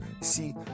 See